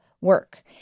work